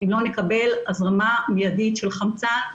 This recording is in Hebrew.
אם לא נקבל הזרמה מיידית של חמצן.